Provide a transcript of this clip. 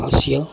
Asia